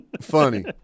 funny